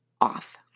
off